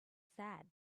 sad